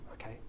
okay